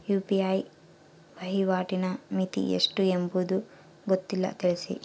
UPI ವಹಿವಾಟಿನ ಮಿತಿ ಎಷ್ಟು ಎಂಬುದು ಗೊತ್ತಿಲ್ಲ? ತಿಳಿಸಿ?